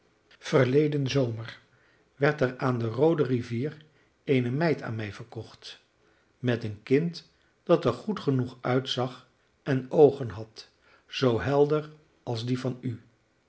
verleden zomer werd er aan de roode rivier eene meid aan mij verkocht met een kind dat er goed genoeg uitzag en oogen had zoo helder als die van u